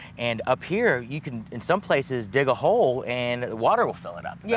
and up here, you can in some places dig a hole and water will fill it up. yeah